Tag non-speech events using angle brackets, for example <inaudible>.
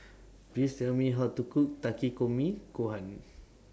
Please Tell Me How to Cook Takikomi Gohan <noise>